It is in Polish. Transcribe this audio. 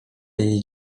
jej